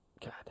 god